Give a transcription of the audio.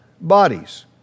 bodies